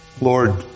Lord